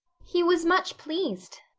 he was much pleased,